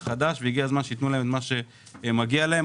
הגיע הזמן שייתנו להם מה שמגיע להם,